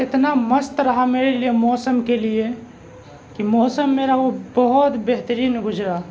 اتنا مست رہا میرے لیے موسم کے لیے کہ موسم میرا وہ بہت بہترین گزرا